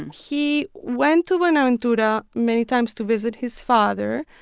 he went to buenaventura many times to visit his father.